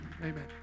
Amen